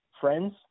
friends